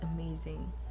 amazing